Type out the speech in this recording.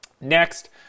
Next